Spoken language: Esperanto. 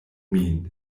min